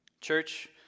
Church